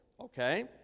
okay